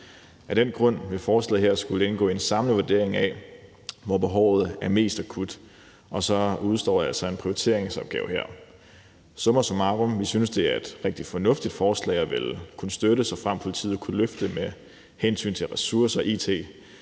Af den grund vil forslaget her skulle indgå i en samlet vurdering af, hvor behovet er mest akut. Så der udestår altså en prioriteringsopgave. Summa summarum synes vi, at det er et rigtig fornuftigt forslag, og vi ville kunne støtte det, såfremt politiet kunne løfte det med hensyn til ressourcer og it.